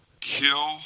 kill